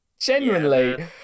Genuinely